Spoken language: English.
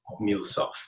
MuleSoft